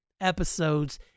episodes